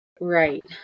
Right